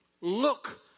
Look